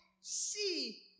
see